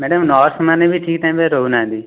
madam ନର୍ସମାନେ ବି ଠିକ ଟାଇମ୍ରେ ରହୁନାହାନ୍ତି